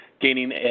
gaining